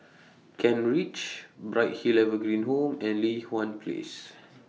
Kent Ridge Bright Hill Evergreen Home and Li Hwan Place